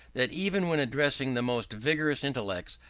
that even when addressing the most vigorous intellects,